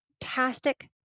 fantastic